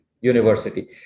university